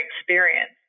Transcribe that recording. experience